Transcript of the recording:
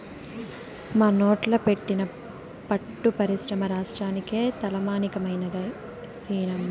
మనోట్ల పెట్టిన పట్టు పరిశ్రమ రాష్ట్రానికే తలమానికమైనాది సినమ్మా